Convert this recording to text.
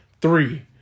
three